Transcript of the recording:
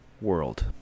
world